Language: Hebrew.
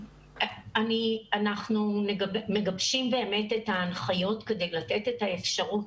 אנחנו מגבשים באמת את ההנחיות כדי לתת את האפשרות